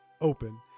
open